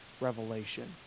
revelation